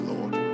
Lord